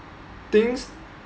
things